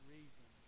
Reason